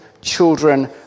children